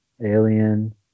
alien